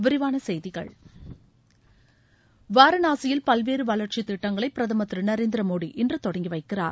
விரிவான செய்திகள் வாரணாசியில் பல்வேறு வளர்ச்சி திட்டங்களை பிரதமர் திரு நரேந்திர மோடி இன்று தொடங்கி வைக்கிறார்